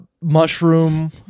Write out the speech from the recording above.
mushroom